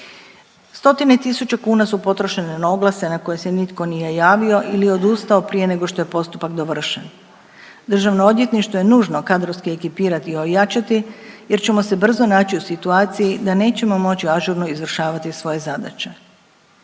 Stotine tisuća kuna su potrošene na oglase na koje se nitko nije javio ili odustao prije nego što je postupak dovršen. Državno odvjetništvo je nužno kadrovski ekipirati i ojačati jer ćemo se brzo naći u situaciji da nećemo moći ažurno izvršavati svoje zadaće.